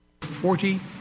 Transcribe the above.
Forty